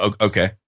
Okay